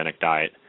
diet